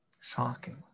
shocking